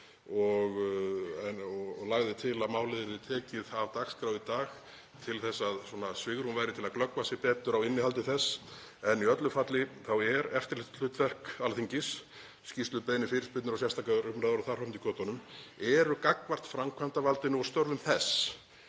og lagði til að málið yrði tekið af dagskrá í dag til að svigrúm væri til að glöggva sig betur á innihaldi þess. En í öllu falli er eftirlitshlutverk Alþingis, skýrslubeiðnir, fyrirspurnir og sérstakar umræður og þar fram eftir götunum, gagnvart framkvæmdarvaldinu og störfum þess,